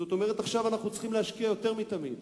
זאת אומרת, עכשיו אנחנו צריכים להשקיע יותר מתמיד.